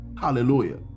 Hallelujah